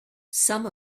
some